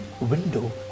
window